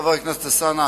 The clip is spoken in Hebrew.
חבר הכנסת אלסאנע,